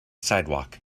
sidewalk